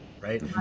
right